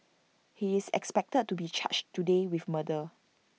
he is expected to be charged today with murder